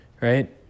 right